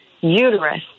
uterus